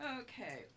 okay